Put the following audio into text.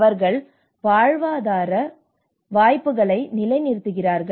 அவர்கள் வாழ்வாதார வாய்ப்புகளை நிலைநிறுத்துகிறார்கள்